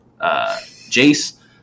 jace